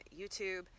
YouTube